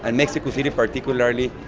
and mexico city, particularly,